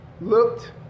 looked